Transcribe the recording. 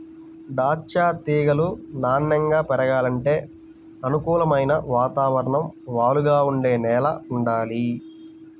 దాచ్చా తీగలు నాన్నెంగా పెరగాలంటే అనుకూలమైన వాతావరణం, వాలుగా ఉండే నేల వుండాలి